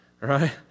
Right